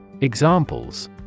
Examples